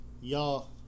y'all